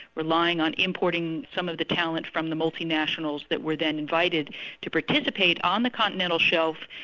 relying on importing some of the talent from the multinationals that were then invited to participate on the continental shelf.